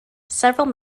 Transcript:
several